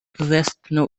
westchnął